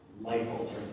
life-altering